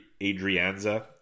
Adrianza